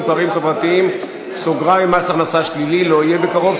פערים חברתיים (מס הכנסה שלילי) לא יהיה בקרוב,